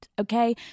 okay